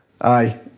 Aye